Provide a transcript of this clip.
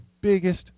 biggest